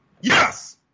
Yes